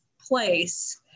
place